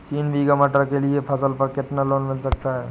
तीन बीघा मटर के लिए फसल पर कितना लोन मिल सकता है?